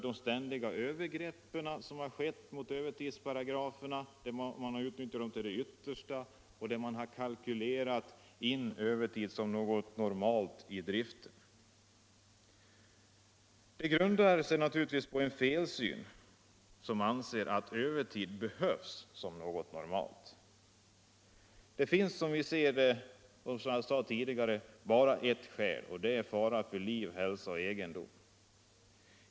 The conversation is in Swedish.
De ständiga övergreppen och utnyttjandet till det yttersta av övertidsparagraferna, varvid man kalkylerat in övertid som något normalt i driften, visar att så varit fallet. Det är naturligtvis en felsyn när man anser att övertid behövs som något normalt. Det finns, som vi ser det och som jag sade tidigare, bara ett skäl för övertid, nämligen fara för liv, hälsa och egendom.